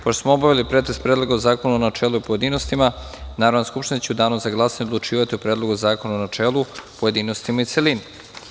Pošto smo obavili pretres Predloga zakona u načelu i u pojedinostima Narodna skupština će u danu za glasanje odlučivati o Predlogu zakona u načelu, pojedinostima i celini.